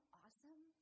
awesome